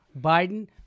Biden